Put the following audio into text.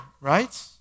right